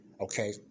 Okay